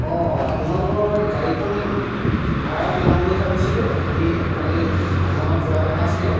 তোমালোকৰ মই গাড়ীখন ভাড়াত লম বুলি ভাবিছিলোঁ আমি এফালে ভ্ৰমণত যোৱা কথা আছিলে